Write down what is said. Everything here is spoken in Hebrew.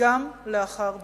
גם לאחר ביצועה.